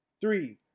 three